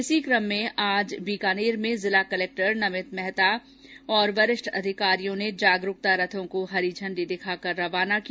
इसी कम में आज बीकानेर में जिला कलेक्टर नमित मेहता और वरिष्ठ अधिकारियों ने जागरूकता रथों को हरी झंडी दिखा कर रवाना किया